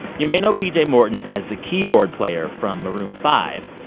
you may know pj morton as the keyboard player from maroon five,